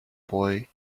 boy